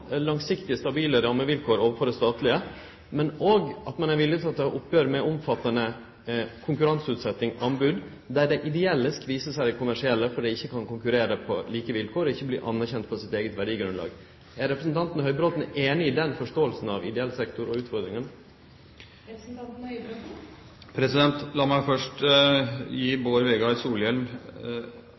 langsiktige, stabile rammevilkår overfor det statlege, men òg at ein er villig til å ta oppgjer med omfattande konkurranseutsetjing og anbod, der dei ideelle vert skvisa av dei kommersielle fordi dei ikkje kan konkurrere på like vilkår, og fordi dei ikkje vert anerkjende for sitt eige verdigrunnlag. Er representanten Høybråten einig i den forståinga av ideell sektor og utfordringane der? La meg først gi Bård Vegar